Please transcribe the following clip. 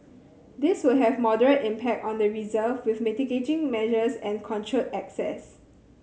these would have moderate impact on the reserve with mitigating measures and controlled access